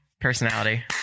personality